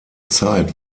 zeit